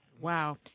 Wow